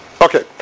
okay